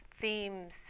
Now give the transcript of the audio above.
themes